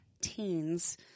teens